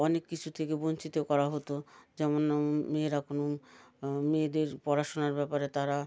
অনেক কিছু থেকে বঞ্চিত করা হতো যেমন মেয়েরা কোনো মেয়েদের পড়াশোনার ব্যাপারে তারা